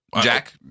Jack